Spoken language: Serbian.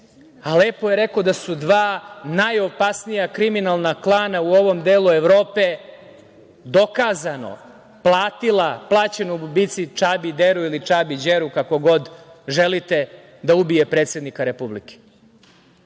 a lepo je rekao da su dva najopasnija kriminalna klana u ovom delu Evrope dokazano platila plaćenom ubici Čabi Deru ili Čabi Đeru, kako god želite, da ubije predsednika Republike. Mislite